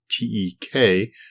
T-E-K